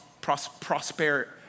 prosperity